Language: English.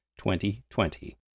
2020